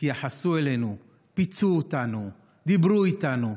התייחסו אלינו, פיצו אותנו, דיברו איתנו.